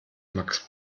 max